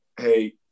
Hey